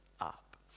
up